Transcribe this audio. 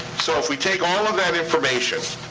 so if we take all of that information,